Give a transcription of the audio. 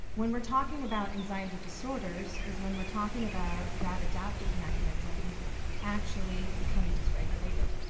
when we're talking about anxiety disorders is when we're talking about that adaptive mechanism actually becoming disregulated.